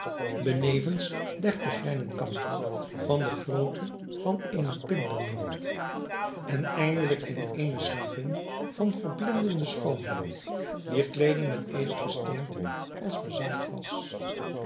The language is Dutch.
benevens dertig greinen kamfer van de grootte van eene pimpernoot en eindelijk in eene slavin van verblindende schoonheid wier kleeding met edelgesteenten als bezaaid was